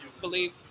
Believe